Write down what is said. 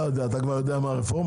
לא יודע, אתה כבר יודע מה הרפורמה?